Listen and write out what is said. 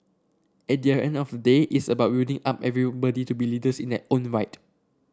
at the end of the day it's about building up everybody to be leaders in their own right